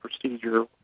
procedure